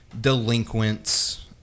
delinquents